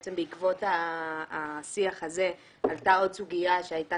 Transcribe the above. בעצם בעקבות השיח הזה עלתה עוד סוגיה שהייתה